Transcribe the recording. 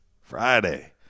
Friday